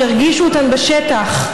שירגישו אותן בשטח,